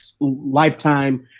lifetime